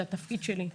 זה התפקיד שלי,